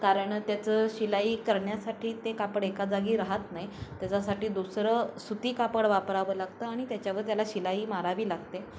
कारण त्याचं शिलाई करण्यासाठी ते कापड एका जागी राहात नाही त्याच्यासाठी दुसरं सुती कापड वापरावं लागतं आणि त्याच्यावर त्याला शिलाई मारावी लागते